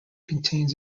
contains